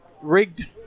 rigged